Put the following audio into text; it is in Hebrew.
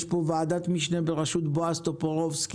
יש פה ועדת משנה, בראשות בועז טופורובסקי,